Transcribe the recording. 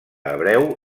hebreu